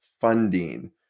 funding